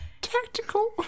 tactical